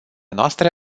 noastre